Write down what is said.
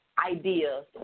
ideas